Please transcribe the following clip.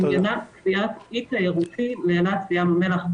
שעניינה קביעת אי תיירותי לאילת וים המלח.